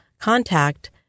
contact